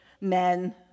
men